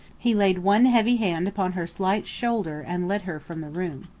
he laid one heavy hand upon her slight shoulder and led her from the room.